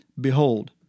Behold